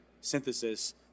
synthesis